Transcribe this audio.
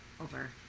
over